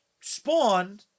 Spawn